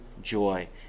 joy